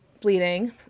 bleeding